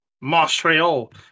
Montreal